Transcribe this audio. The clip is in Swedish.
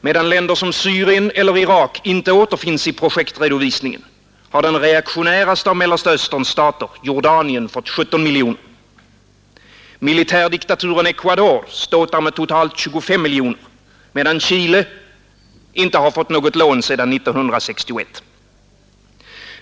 Medan länder som Syrien eller Irak inte återfinns i projektredovisningen har den reaktionäraste av Mellersta Österns stater, Jordanien, fått 17 miljoner. Militärdiktaturen Ecuador ståtar med totalt 25 miljoner, medan Chile inte har fått något lån sedan 1961.